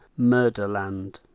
Murderland